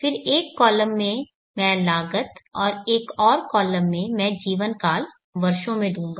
फिर एक कॉलम में मैं लागत और एक और कॉलम में मैं जीवन काल वर्षों में दूंगा